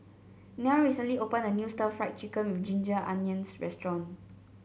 Nell recently opened a new Stir Fried Chicken with Ginger Onions restaurant